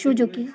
Suzuki